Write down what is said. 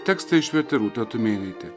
tekstą išvertė rūta tumėnaitė